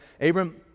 Abram